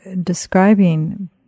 describing